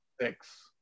six